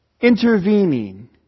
intervening